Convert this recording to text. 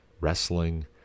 wrestling